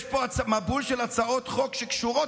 יש פה מבול של הצעות חוק שקשורות,